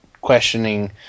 questioning